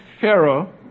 pharaoh